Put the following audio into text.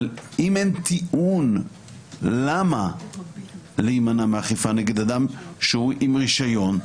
אבל אם אין טיעון למה להימנע מהאכיפה נגד אדם שהוא עם רישיון,